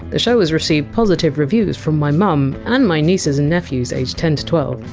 the show has received positive reviews from my mum and my nieces and nephews aged ten twelve,